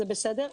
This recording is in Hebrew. זה בסדר,